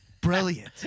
Brilliant